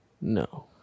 no